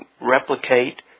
replicate